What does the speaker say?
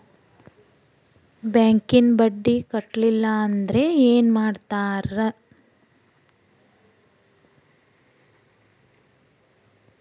ಬ್ಯಾಂಕಿನ ಬಡ್ಡಿ ಕಟ್ಟಲಿಲ್ಲ ಅಂದ್ರೆ ಏನ್ ಮಾಡ್ತಾರ?